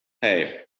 hey